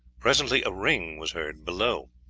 presently a ring was heard below.